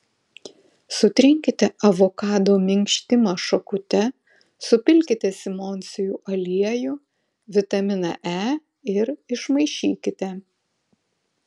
sutrinkite avokado minkštimą šakute supilkite simondsijų aliejų vitaminą e ir išmaišykite